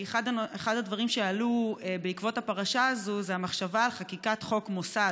כי אחד הדברים שעלו בעקבות הפרשה הזאת זה המחשבה על חקיקת חוק מוסד,